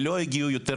וזה מגיע,